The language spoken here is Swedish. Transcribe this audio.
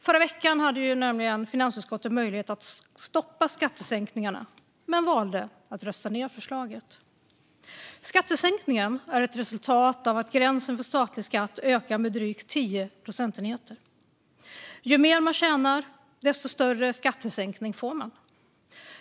Förra veckan hade finansutskottet nämligen möjlighet att stoppa skattesänkningen men valde att rösta ned förslaget. Skattesänkningen är ett resultat av att gränsen för statlig skatt ökar med drygt 10 procentenheter. Ju mer man tjänar, desto större skattesänkning får man.